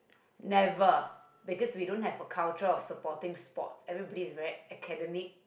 never because we don't have a culture of supporting sports everybody is very academic